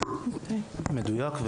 מדויק.